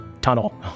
tunnel